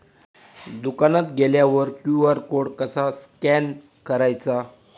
दुकानात गेल्यावर QR code कसा स्कॅन करायचा?